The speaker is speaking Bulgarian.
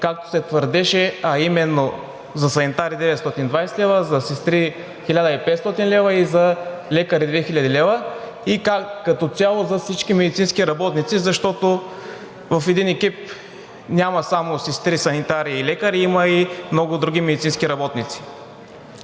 както се твърдеше, а именно – за санитар 920 лв., за сестри 1500 лв. и за лекари 2000 лв., и като цяло за всички медицински работници, защото в един екип няма само сестри, санитари и лекари, има и много други медицински работници.